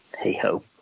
hey-ho